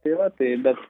tai va tai bet